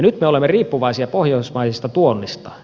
nyt me olemme riippuvaisia pohjoismaisesta tuonnista